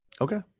Okay